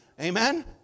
Amen